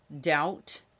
doubt